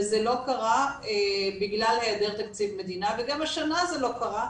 אבל זה לא קרה בגלל היעדר תקציב מדינה וגם השנה זה לא קרה,